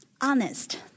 honest